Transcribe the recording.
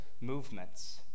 movements